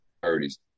priorities